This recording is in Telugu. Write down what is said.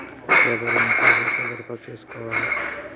లేబర్ ఇన్సూరెన్సు ఎట్ల దరఖాస్తు చేసుకోవాలే?